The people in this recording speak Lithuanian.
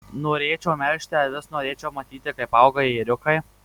norėčiau melžti avis norėčiau matyti kaip auga ėriukai